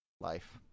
life